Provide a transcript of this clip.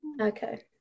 Okay